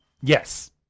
Yes